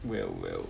will will